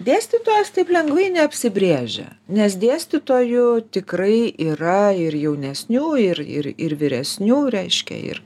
dėstytojas taip lengvai neapsibrėžia nes dėstytojų tikrai yra ir jaunesniųjų ir ir ir vyresnių reiškia ir